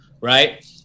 Right